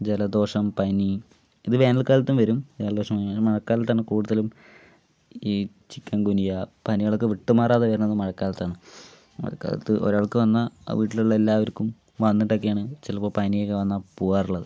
ജലദോഷം പനി ഇത് വേനൽക്കാലത്തും വരും ജലദോഷം മഴക്കാലത്താണ് കൂടുതലും ഈ ചിക്കൻ ഗുനിയ പനികളൊക്കെ വിട്ട് മാറാതെ വരുന്നത് മഴക്കാലത്താണ് മഴക്കാലത്ത് ഒരാൾക്ക് വന്നാൽ ആ വീട്ടിലുള്ള എല്ലാവർക്കും വന്നിട്ടൊക്കെയാണ് ചിലപ്പോൾ പനിയൊക്കെ വന്നാൽ പോവാറുള്ളത്